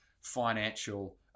financial